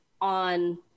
on